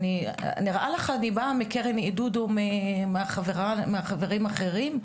נראה לך שהיא באה מקרן עידוד ומהחברים האחרים?